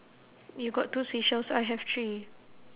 you got two seashells I have three